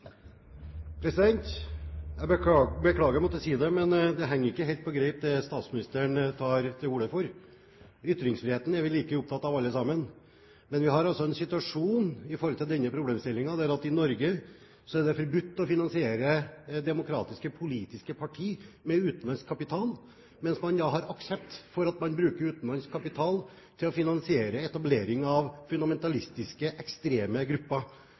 Jeg beklager å måtte si det, men det statsministeren tar til orde for, henger ikke helt på greip. Ytringsfriheten er vi like opptatt av alle sammen, men når det gjelder denne problemstillingen, har vi den situasjonen at det i Norge er forbudt å finansiere demokratiske politiske partier med utenlandsk kapital, mens det er aksept for at man bruker utenlandsk kapital til å finansiere etableringen av fundamentalistiske ekstreme grupper